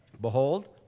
Behold